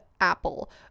Apple